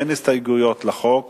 כיוון שאין הסתייגויות לחוק